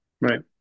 Right